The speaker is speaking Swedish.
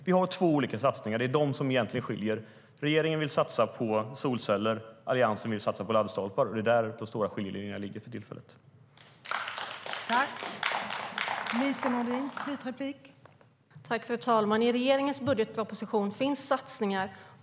Vi har två olika satsningar, och det är egentligen de som skiljer oss åt. Regeringen vill satsa på solceller. Alliansen vill satsa på laddstolpar. Det är den stora skiljelinjen för tillfället.